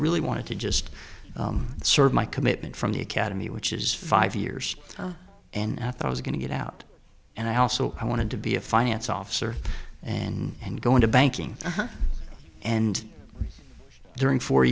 really wanted to just serve my commitment from the academy which is five years and i thought i was going to get out and i also i wanted to be a finance officer and going to banking and during four